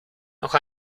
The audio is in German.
nach